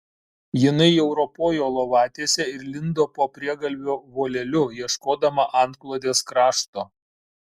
jinai jau ropojo lovatiese ir lindo po priegalvio voleliu ieškodama antklodės krašto